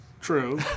True